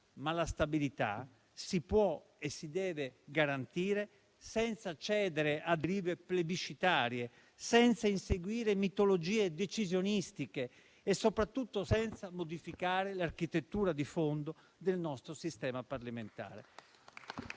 Ma la stabilità si può e si deve garantire senza cedere a derive plebiscitarie, senza inseguire mitologie decisionistiche e soprattutto senza modificare l'architettura di fondo del nostro sistema parlamentare.